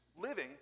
living